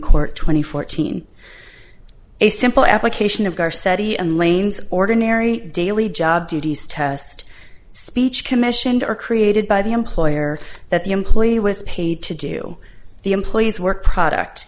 court twenty fourteen a simple application of gaar said he and lane's ordinary daily job duties test speech commissioned or created by the employer that the employee was paid to do the employee's work product